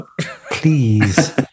Please